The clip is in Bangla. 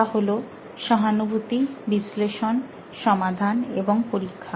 তা হলো সহানুভূতি বিশ্লেষণ সমাধান এবং পরীক্ষা